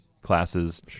classes